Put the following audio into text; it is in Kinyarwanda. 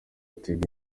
tigo